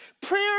prayer